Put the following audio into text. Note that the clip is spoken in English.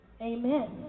Amen